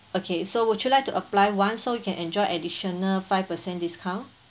okay so would you like to apply one so you can enjoy additional five percent discount